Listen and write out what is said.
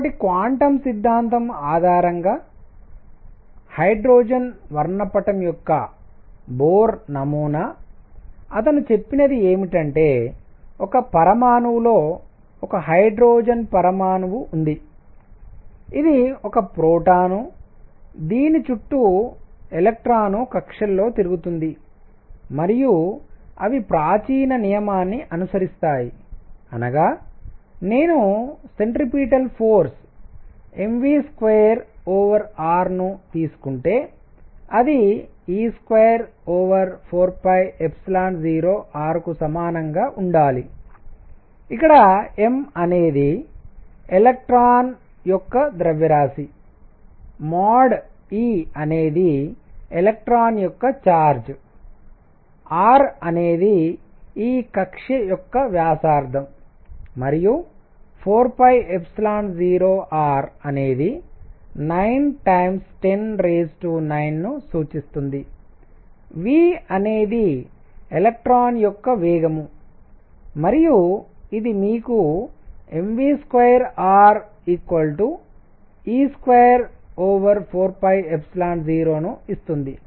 కాబట్టి క్వాంటం సిద్ధాంతం ఆధారంగా హైడ్రోజన్ వర్ణపటం యొక్క బోర్ నమూనా అతను చెప్పినది ఏమిటంటే ఒక పరమాణువులో ఒక హైడ్రోజన్ పరమాణువు ఉంది ఇది ఒక ప్రోటాన్ దీని చుట్టూ ఎలక్ట్రాన్ కక్ష్యల్లో తిరుగుతుంది మరియు అవి ప్రాచీన నియమాన్ని అనుసరిస్తాయి అనగా నేను సెంట్రిపిటల్ ఫోర్స్ mv2rను తీసుకుంటే అది e240rకు సమానంగా ఉండాలి ఇక్కడ m అనేది ఎలక్ట్రాన్ e యొక్క ద్రవ్యరాశి మాడ్ e అనేది ఎలక్ట్రాన్ యొక్క ఛార్జ్ r అనేది ఈ కక్ష్య యొక్క వ్యాసార్థం మరియు 40r అనేది 9109ను సూచిస్తుంది v అనేది ఎలక్ట్రాన్ యొక్క వేగం మరియు ఇది మీకు mv2re240 ను ఇస్తుంది